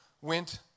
went